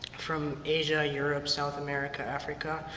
from asia, europe, south america, africa,